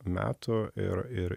metų ir ir